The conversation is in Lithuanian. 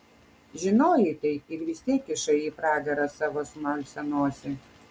žinojai tai ir vis tiek kišai į pragarą savo smalsią nosį